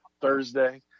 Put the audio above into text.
Thursday